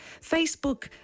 Facebook